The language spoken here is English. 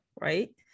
right